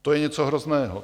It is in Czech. To je něco hrozného.